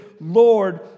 Lord